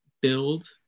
build